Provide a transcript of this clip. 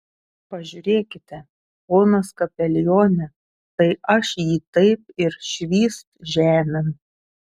pažiūrėkite ponas kapelione tai aš jį taip ir švyst žemėn